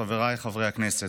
חבריי חברי הכנסת,